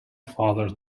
father